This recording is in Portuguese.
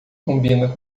combina